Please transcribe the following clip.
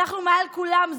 אנחנו מעל כולם,